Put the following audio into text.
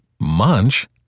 munch